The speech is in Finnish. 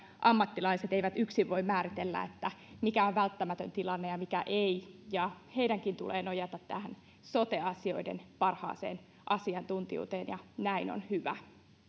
ammattilaisetkaan eivät yksin voi määritellä mikä on välttämätön tilanne ja mikä ei ja heidänkin tulee nojata tähän sote asioiden parhaaseen asiantuntijuuteen ja näin on hyvä